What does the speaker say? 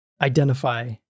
identify